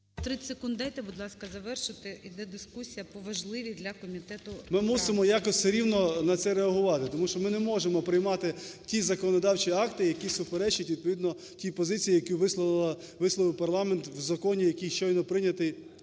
30 секунд дайте, будь ласка, завершити. Іде дискусія про важливі для комітету… КНЯЗЕВИЧ Р.П. Ми мусимо якось все рівно на це реагувати, тому що ми не можемо приймати ті законодавчі акти, які суперечать відповідно тій позиції, яку висловив парламент в законі, який щойно прийнятий